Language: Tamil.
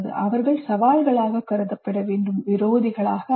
அவர்கள் சவால்களாக கருதப்பட வேண்டும் விரோதிகளாக அல்ல